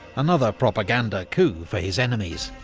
another propaganda coup for his enemies.